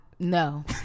No